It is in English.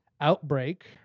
Outbreak